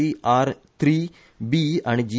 T R three B आनी जि